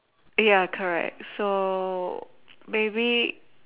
ya correct so maybe